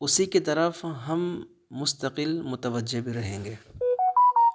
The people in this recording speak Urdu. اسی کی طرف ہم مستقل متوجہ بھی رہیں گے